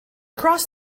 crossed